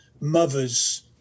mothers